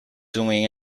doing